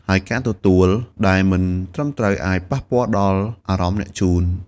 ហើយការទទួលដែលមិនត្រឹមត្រូវអាចប៉ះពាល់ដល់អារម្មណ៍អ្នកជូន។